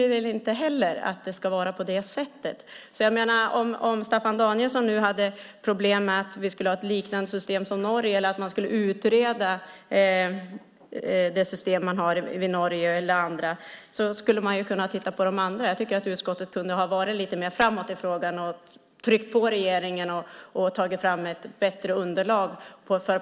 Vi vill inte att det ska vara så. Om Staffan Danielsson har problem med att ha ett system liknande det i Norge kan man titta på de andra länderna. Jag tycker att utskottet kunde ha varit lite mer framåt i frågan, tryckt på regeringen och tagit fram ett bättre underlag.